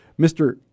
Mr